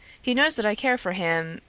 he knows that i care for him,